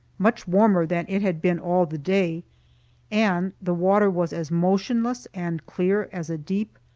much warmer than it had been all the day and the water was as motionless and clear as a deep,